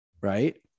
Right